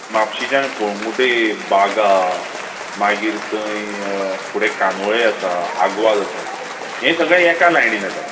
म्हापशेंच्यान कळंगुटे बागा मागीर थंय फुडें कांदोळे आसा आग्वाद आसा हे सगळें एका लायनीन आसा